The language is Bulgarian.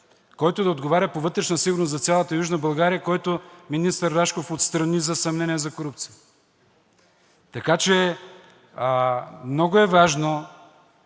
който да отговаря по вътрешна сигурност за цяла Южна България, който министър Рашков отстрани за съмнение за корупция. Така че много е важно